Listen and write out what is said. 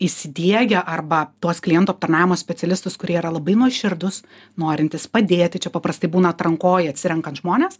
įsidiegę arba tuos klientų aptarnavimo specialistus kurie yra labai nuoširdūs norintys padėti čia paprastai būna atrankoj atsirenkant žmones